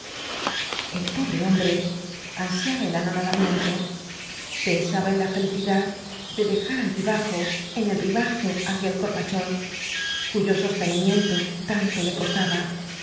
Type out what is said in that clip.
el pobre hombre ansiaba el anonadamiento pensaba en la felicidad de dejar allí bajo en el ribazo aquel corpachón cuyo sostenimiento tanto le costaba